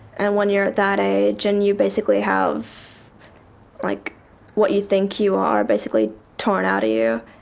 and when you're at that age and you basically have like what you think you are basically torn out of you,